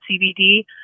CBD